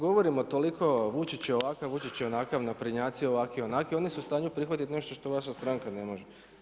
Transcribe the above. Govorimo toliko Vučić je ovakav, Vučić je onakav, naprednjaci ovakvi-onakvi, oni su u stanju prihvatiti nešto što vaša stranka ne može.